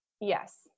yes